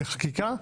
בחקיקה,